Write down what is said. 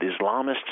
Islamists